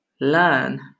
learn